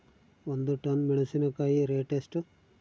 ಒಂದು ಟನ್ ಮೆನೆಸಿನಕಾಯಿ ರೇಟ್ ಎಷ್ಟು?